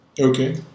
Okay